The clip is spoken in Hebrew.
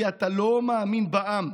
כי אתה לא מאמין בעם.